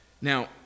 Now